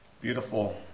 beautiful